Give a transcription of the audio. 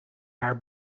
haar